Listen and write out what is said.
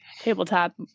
tabletop